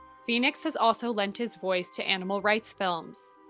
phoenix has also lent his voice to animal right films.